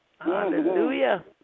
hallelujah